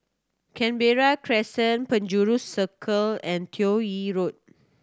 Canberra Crescent Penjuru Circle and Toh Yi Road